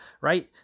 right